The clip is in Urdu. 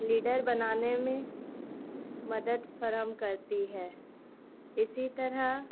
لیڈر بنانے میں مدد فراہم کرتی ہے اسی طرح